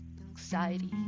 anxiety